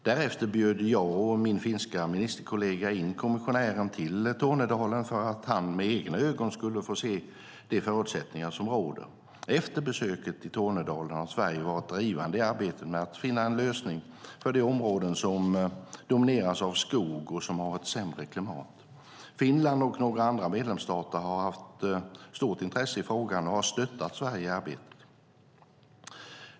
Därefter bjöd jag och min finska ministerkollega in kommissionären till Tornedalen, för att han med egna ögon skulle få se de förutsättningar som råder. Efter besöket i Tornedalen har Sverige varit drivande i arbetet med att finna en lösning för de områden som domineras av skog och som har ett sämre klimat. Finland och några andra medlemsstater har haft stort intresse i frågan och har stöttat Sverige i arbetet.